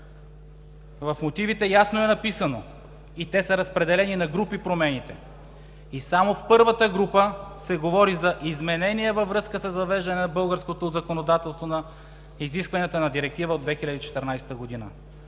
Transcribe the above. В мотивите ясно е написано и промените са разпределени на групи. Само в първата група се говори за изменение във връзка с въвеждане в българското законодателство на изискванията на Директива от 2014 г.